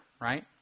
right